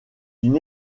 une